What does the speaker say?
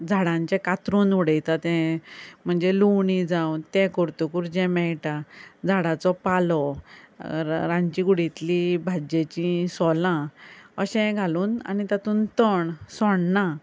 झाडांचें कातरून उडयता तें म्हणजे लुंवणी जावं तें करतकूच जें मेळटा झाडांचो पालो र रानचे कुडीतली भाजयेचीं सोलां अशें घालून आणी तातून तण सोण्णां